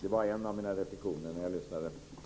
Det var en mina reflexioner när jag lyssnade.